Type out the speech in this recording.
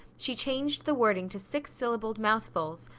she changed the wording to six-syllabled mouthfuls,